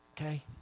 okay